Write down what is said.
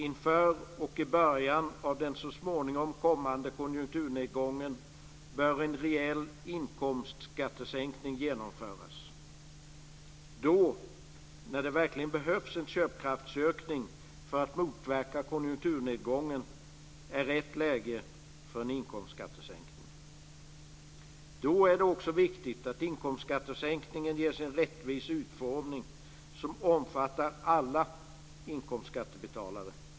Inför och i början av den så småningom kommande konjunkturnedgången bör en rejäl inkomstskattesänkning genomföras. Då, när det verkligen behövs en köpkraftsökning för att motverka konjunkturnedgången, är det rätt läge för en inkomstskattesänkning. Då är det också viktigt att inkomstskattesänkningen ges en rättvis utformning som omfattar alla inkomstskattebetalare.